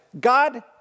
God